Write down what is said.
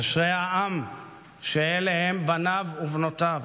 אשרי העם שאלה הם בניו ובנותיו,